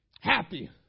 Happy